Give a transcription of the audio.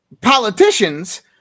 politicians